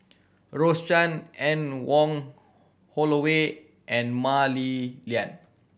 Rose Chan Anne Wong Holloway and Mah Li Lian